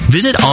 Visit